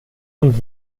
und